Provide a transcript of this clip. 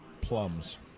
plums